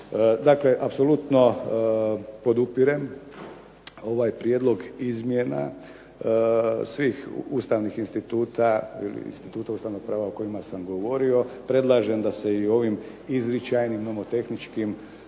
Dakle, apsolutno podupirem ovaj prijedlog izmjena, svih ustavnih instituta i instituta ustavnog prava o kojima sam govorio. Predlažem da se i u ovim izričajnim nomotehničkim